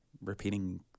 repeating